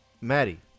maddie